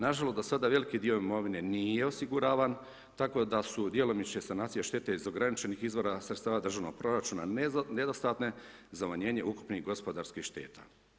Nažalost, do sada veliki dio imovine, nije osiguravan, tako da su djelomične sanacije štete iz ograničenih izvora državnih proračuna, nedostatne, za umanjenje ukupnih gospodarskih šteta.